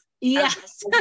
Yes